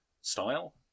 style